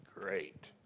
great